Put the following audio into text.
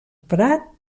prat